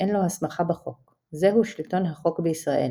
שאין לו הסמכה בחוק – "זהו שלטון החוק בשלטון"...